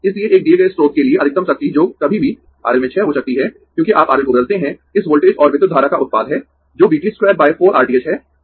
इसलिए एक दिए गए स्रोत के लिए अधिकतम शक्ति जो कभी भी RL में क्षय हो सकती है क्योंकि आप RL को बदलते है इस वोल्टेज और विद्युत धारा का उत्पाद है जो V th 24 R t h है